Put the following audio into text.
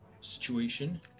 situation